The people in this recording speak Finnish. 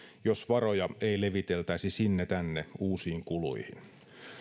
jos varoja ei leviteltäisi sinne tänne uusiin kuluihin